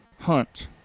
Hunt